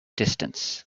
distance